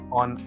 on